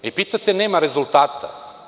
Pitate – nema rezultata?